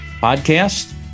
podcast